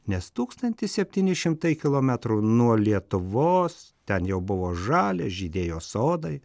nes tūkstantis septyni šimtai kilometrų nuo lietuvos ten jau buvo žalia žydėjo sodai